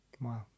wow